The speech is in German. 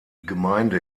gemeinde